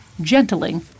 gentling